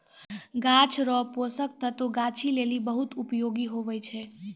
गाछ रो पोषक तत्व गाछी लेली बहुत उपयोगी हुवै छै